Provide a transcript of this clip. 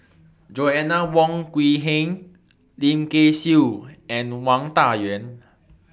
Joanna Wong Quee Heng Lim Kay Siu and Wang Dayuan